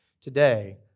today